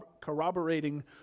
corroborating